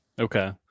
Okay